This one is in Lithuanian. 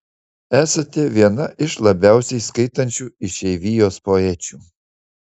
esate viena iš labiausiai skaitančių išeivijos poečių